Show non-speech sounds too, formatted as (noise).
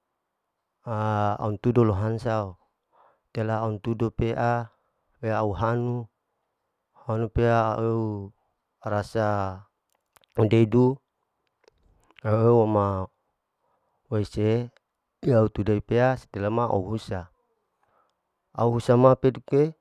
(hesitation) antudu lohansa'o setelah antudu pea, pea au hanu, hanu pea au rasa dedu au ma wc ya au tudei pea setelah ma au husa, au hausa ma peduke.